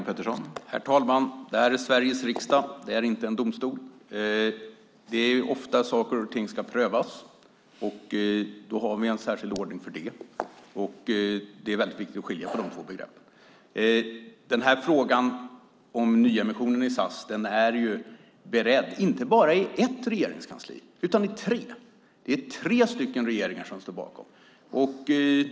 Herr talman! Det här är Sveriges riksdag, det är inte en domstol. Det är ofta saker och ting ska prövas. Då har vi en särskild ordning för det. Det är väldigt viktigt att skilja på de två begreppen. Frågan om nyemissionen i SAS är ju beredd inte bara i ett regeringskansli utan i tre. Det är tre regeringar som står bakom.